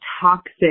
toxic